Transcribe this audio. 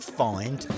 find